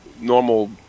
normal